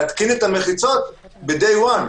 להתקין את המחיצות ביום הראשון.